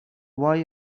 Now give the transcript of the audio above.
why